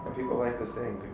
like to sing.